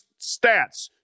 stats